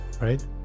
right